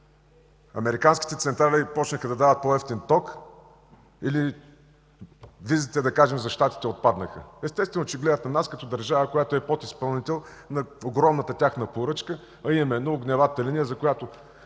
Американските централи започнаха да дават по-евтин ток? Или визите за Щатите отпаднаха? Естествено, че гледат на нас като на държава, която е подизпълнител на огромната тяхна поръчка, а именно – огневата линия, за която